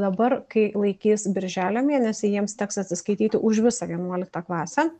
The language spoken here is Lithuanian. dabar kai laikys birželio mėnesį jiems teks atsiskaityti už visą vienuoliktą klasę